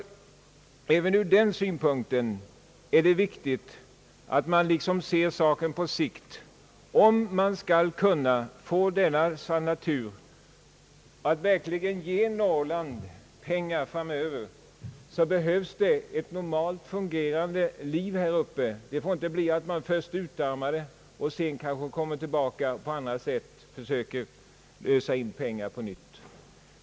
Även ur den synpunkten är det viktigt att se frågan på sikt. Om man skall kunna få denna natur att verkligen ge Norrland pengar framöver, behövs det ett normalt fungerande liv där uppe. Man får inte först utarma bygden och sedan komma tillbaka och på annat sätt försöka ösa in pengar på nytt.